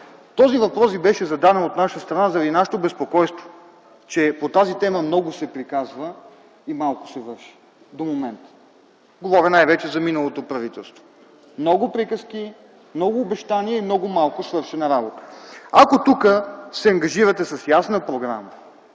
Този въпрос Ви беше зададен от наша страна заради безпокойството ни, че по тази тема много се приказва и малко се върши до момента. Говоря най-вече за миналото правителство – много приказки, много обещания и много малко свършена работа. Ако тук се ангажирате с ясна програма,